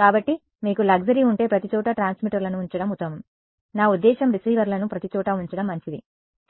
కాబట్టి మీకు లగ్జరీ ఉంటే ప్రతిచోటా ట్రాన్స్మిటర్లను ఉంచడం ఉత్తమం నా ఉద్దేశ్యం రిసీవర్లను ప్రతిచోటా ఉంచడం మంచిది